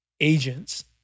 Agents